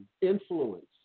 Influence